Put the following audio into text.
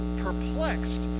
perplexed